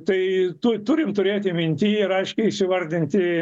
tai tu turim turėti minty ir aiškiai įvardinti